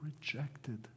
rejected